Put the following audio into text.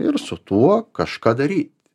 ir su tuo kažką daryt